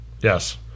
Yes